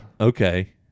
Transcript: Okay